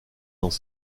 dans